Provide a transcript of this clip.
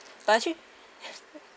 but actually